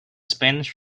spanish